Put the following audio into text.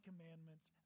commandments